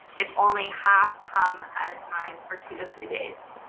if only half come at a time for two to three days?